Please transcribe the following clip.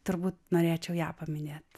turbūt norėčiau ją paminėt